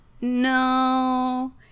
No